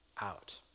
out